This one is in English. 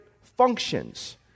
functions